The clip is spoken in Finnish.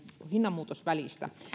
hinnanmuutosvälistä